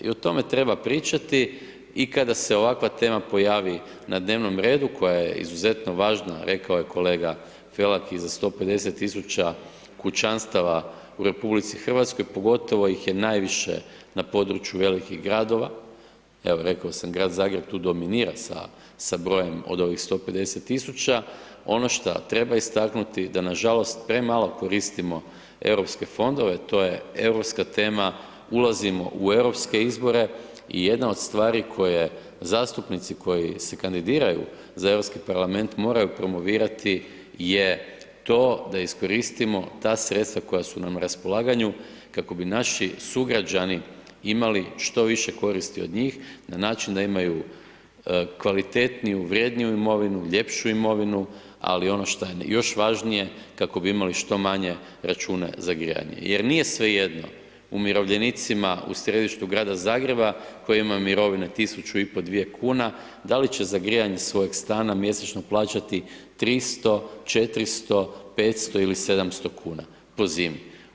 I o tome treba pričati, i kada se ovakva tema pojavi na dnevnom redu koja je izuzetno važna, rekao je kolega Felak i za 150000 kućanstava u Republici Hrvatskoj, pogotovo ih je najviše na području velikih gradova, evo rekao sam Grad Zagreb tu dominira sa, sa brojem od ovih 150000, ono šta treba istaknuti da nažalost premalo koristimo Europske fondove, to je europska tema, ulazimo u Europske izbore, i jedna od stvari koje, zastupnici koji se kandidiraju za Europski parlament moraju promovirati je to da iskoristimo ta sredstva koja su nam na raspolaganju kako bi naši sugrađani imali što više koristi od njih, na način da imaju kvalitetniju, vrjedniju imovinu, ljepšu imovinu, ali ono što je još važnije, kako bi imali što manje račune za grijanje, jer nije svejedno umirovljenicima u središtu Grada Zagreba koji imaju mirovine 1500-2000 kuna, da li će za grijanje svojeg stana mjesečno plaćati 300, 400, 500 ili 700 kuna po zimi.